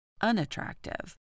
unattractive